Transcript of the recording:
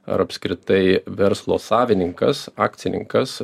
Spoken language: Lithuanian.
ar apskritai verslo savininkas akcininkas